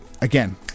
again